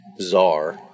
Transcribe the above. Czar